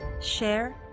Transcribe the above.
share